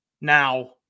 now